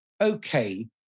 Okay